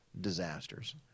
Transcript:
disasters